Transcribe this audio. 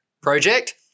project